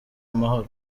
amahoro